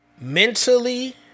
mentally